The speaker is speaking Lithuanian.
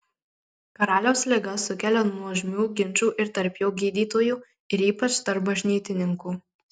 karaliaus liga sukelia nuožmių ginčų ir tarp jo gydytojų ir ypač tarp bažnytininkų